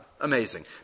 Amazing